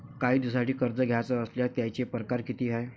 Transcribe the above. कायी दिसांसाठी कर्ज घ्याचं असल्यास त्यायचे परकार किती हाय?